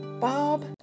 Bob